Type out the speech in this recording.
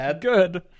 Good